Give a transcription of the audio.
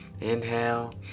Inhale